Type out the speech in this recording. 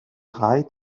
ray